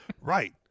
right